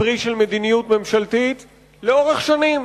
פרי של מדיניות ממשלתית לאורך שנים.